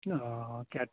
CAT